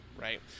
right